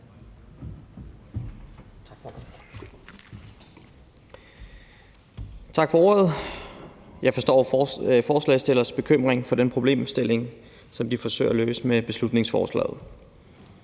Tak for ordet. Jeg forstår forslagsstillernes bekymring for den problemstilling, som de forsøger at løse med beslutningsforslaget.